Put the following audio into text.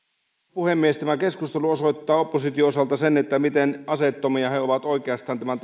puhemies tämä keskustelu osoittaa opposition osalta sen miten aseeton se oikeastaan on tämän